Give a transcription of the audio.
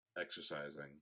exercising